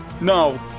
No